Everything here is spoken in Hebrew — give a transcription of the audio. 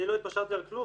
אני לא התפשרתי על כלום.